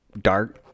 dark